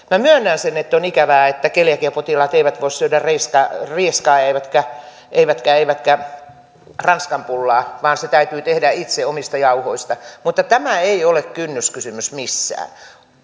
minä myönnän sen että on ikävää että keliakiapotilaat eivät voi syödä rieskaa eivätkä eivätkä ranskanpullaa vaan se täytyy tehdä itse omista jauhoista mutta tämä ei ole kynnyskysymys missään